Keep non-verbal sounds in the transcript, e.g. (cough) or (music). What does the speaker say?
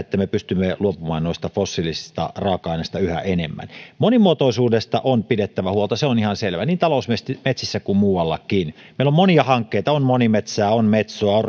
(unintelligible) että me pystymme luopumaan fossiilisista raaka aineista yhä enemmän on osa meidän ilmaston ja ympäristön tilan kohentamista monimuotoisuudesta on pidettävä huolta se on ihan selvä niin talousmetsissä kuin muuallakin meillä on monia hankkeita on monimetsää on metsoa on (unintelligible)